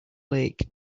lake